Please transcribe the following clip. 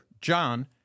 john